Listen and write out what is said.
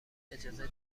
اجازه